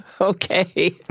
Okay